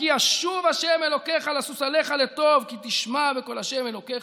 "כי ישוב ה' לשוש עליך לטוב"; "כי תשמע בקול ה' אלוקיך,